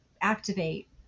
activate